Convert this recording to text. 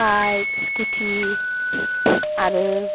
bike scooty आरो